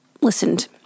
listened